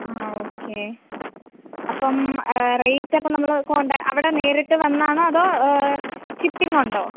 ആ ഓക്കെ അപ്പം റേറ്റ് അപ്പോൾ നമ്മൾ കോണ്ടാക് അവിടെ നേരിട്ട് വന്ന് ആണോ അതോ ഷിപ്പിംഗ് ഉണ്ടോ